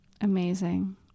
amazing